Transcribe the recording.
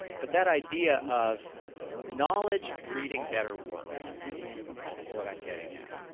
but that idea of knowledge breeding better work is what i'm getting at.